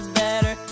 better